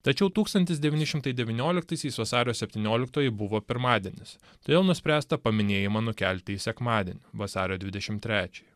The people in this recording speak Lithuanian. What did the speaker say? tačiau tūkstantis devyni šimtai devynioliktaisiais vasario septynioliktoji buvo pirmadienis todėl nuspręsta paminėjimą nukelti į sekmadienį vasario dvidešimt trečiąją